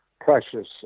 precious